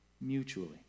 mutually